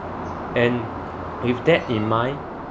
and with that in mind